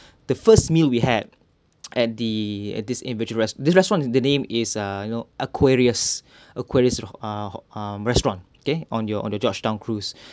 the first meal we had at the at this individual res~ this restaurant the name is uh you know aquarius aquarius ah ah restaurant okay on your on the georgetown cruise